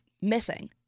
missing